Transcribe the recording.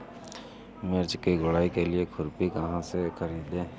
मिर्च की गुड़ाई के लिए खुरपी कहाँ से ख़रीदे?